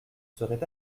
serait